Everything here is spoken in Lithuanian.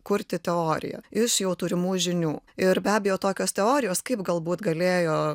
kurti teoriją iš jau turimų žinių ir be abejo tokios teorijos kaip galbūt galėjo